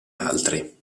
altri